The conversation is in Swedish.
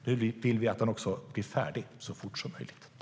Vi vill också att den blir färdig så fort som möjligt.